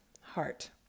heart